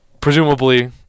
Presumably